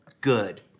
good